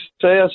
success